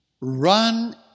Run